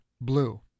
blue